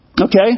okay